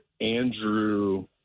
Andrew